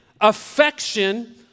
affection